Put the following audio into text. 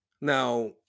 now